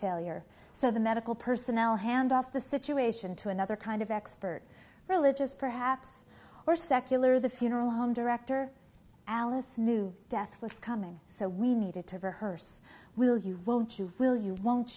failure so the medical personnel hand off the situation to another kind of expert religious perhaps or secular the funeral home director alice knew death was coming so we needed to rehearse will you won't you will you won't